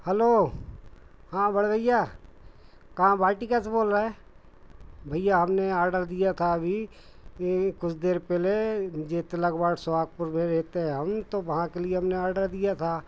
hello हाँ बड़े भैया कहाँ वाटीका से बोल रहे हैं भैया हमने आडर दिया था अभी कुछ देर पहले जो तिलक वार्ड सुहागपुर में रहते हैं हम तो वहाँ के लिए हमने ऑर्डर दिया था